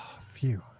Phew